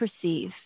perceive